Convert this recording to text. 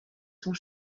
sont